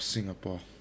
Singapore